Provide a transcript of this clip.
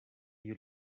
you